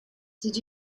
did